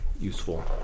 useful